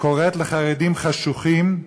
קורא לחרדים "חשוכים".